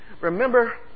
Remember